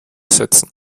setzen